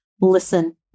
listen